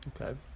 Okay